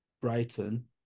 Brighton